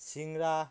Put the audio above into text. চিংৰা